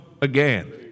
again